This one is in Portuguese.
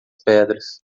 pedras